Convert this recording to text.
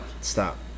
Stop